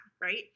right